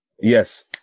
Yes